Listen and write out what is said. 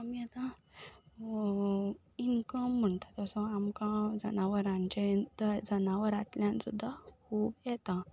आनी आतां इन्कम म्हणटा तसो आमकां जनावरांचे जनावरांतल्यान सुद्दां खूब येता